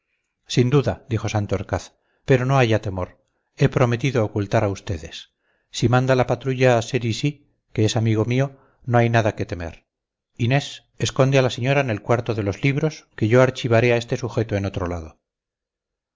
sin duda dijo santorcaz pero no haya temor he prometido ocultar a ustedes si manda la patrulla cerizy que es amigo mío no hay nada que temer inés esconde a la señora en el cuarto de los libros que yo archivaré a este sujeto en otro lado